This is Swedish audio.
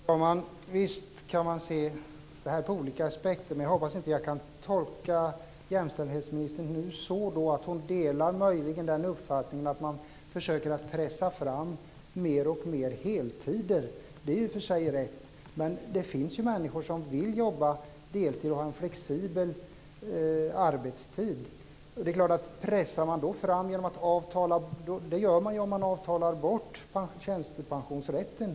Herr talman! Visst kan man se detta ur olika aspekter. Jag hoppas att jag inte kan tolka jämställdhetsministern så, att hon möjligen delar uppfattningen man ska försöka att pressa fram fler och fler heltider. Det är i och för sig rätt. Men det finns ju människor som vill jobba deltid och ha en flexibel arbetstid. Man pressar ju fram fler heltider om man avtalar bort tjänstepensionsrätten.